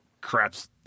craps